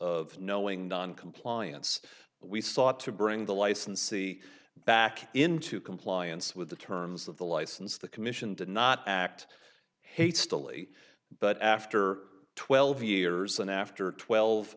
of knowing noncompliance we sought to bring the licensee back into compliance with the terms of the license the commission did not act hastily but after twelve years and after twelve